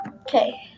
okay